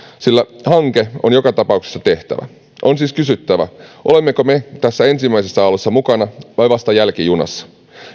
sillä hanke on joka tapauksessa tehtävä on siis kysyttävä olemmeko me tässä ensimmäisessä aallossa mukana vai vasta jälkijunassa